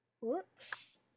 Whoops